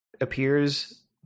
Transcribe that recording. appears